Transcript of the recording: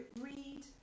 read